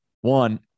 One